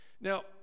Now